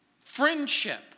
friendship